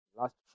last